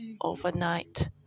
overnight